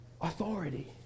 authority